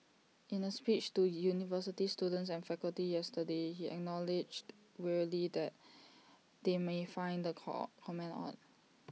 in A speech to university students and faculty yesterday he acknowledged wryly that they may find the core comment odd